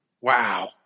Wow